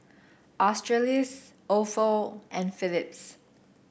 Australis Ofo and Phillips